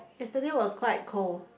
yesterday was quite cold